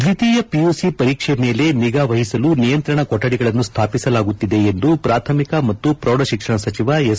ದ್ದಿತೀಯ PUC ಪರೀಕ್ಷೆ ಮೇಲೆ ನಿಗಾ ವಹಿಸಲು ನಿಯಂತ್ರಣ ಕೊಠಡಿಗಳನ್ನು ಸ್ಥಾಪಿಸಲಾಗುತ್ತಿದೆ ಎಂದು ಪ್ರಾಥಮಿಕ ಮತ್ತು ಪ್ರೌಢ ಶಿಕ್ಷಣ ಸಚಿವ ಎಸ್